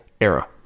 era